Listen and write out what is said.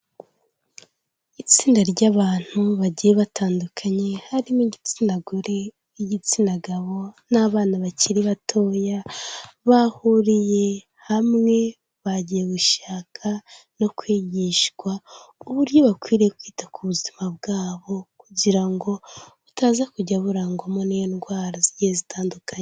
Itsinda ry'abantu bagiye batandukanye, harimo igitsina gore, igitsina gabo n'abana bakiri batoya, bahuriye hamwe bagiye gushaka no kwigishwa uburyo bakwiriye kwita ku buzima bwabo, kugira ngo butaza kujya burangwamo n' indwara zigiye zitandukanye.